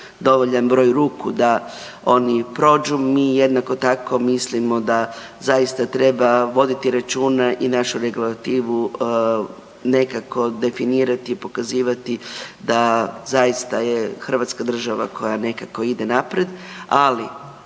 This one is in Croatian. dovoljan broj ruku da oni prođu, mi jednako tako mislimo da zaista treba voditi računa i našu regulativu nekako definirati, pokazivati da zaista je Hrvatska država koja nekako ide naprijed. Ali,